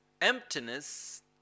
emptiness